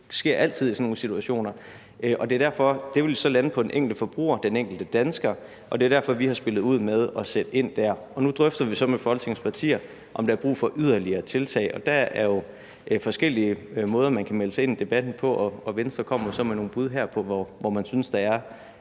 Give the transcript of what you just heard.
det sker altid i sådan nogle situationer – og det er derfor, det så vil lande på den enkelte forbruger, den enkelte dansker, og det er derfor, vi har spillet ud med at sætte ind der. Nu drøfter vi så med Folketingets partier, om der er brug for yderligere tiltag, og der er jo forskellige måder, man kan melde sig ind i debatten på. Venstre kommer så med nogle bud her på, hvor man synes der er